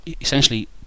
essentially